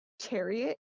chariot